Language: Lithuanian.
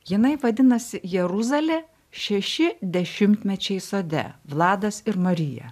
jinai vadinasi jeruzalė šeši dešimtmečiai sode vladas ir marija